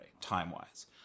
time-wise